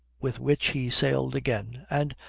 with which he sailed again, and,